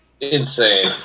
insane